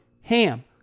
HAM